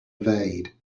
evade